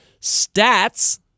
stats